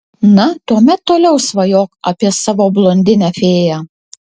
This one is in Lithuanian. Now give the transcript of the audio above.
na tuomet toliau svajok apie savo blondinę fėją